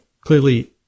clearly